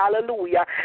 Hallelujah